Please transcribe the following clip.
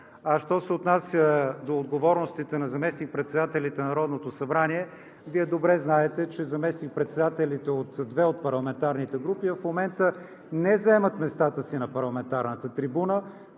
А що се отнася до отговорностите на заместник председателите на Народното събрание, Вие добре знаете, че заместник-председателите от две от парламентарните групи в момента не заемат местата си на парламентарната трибуна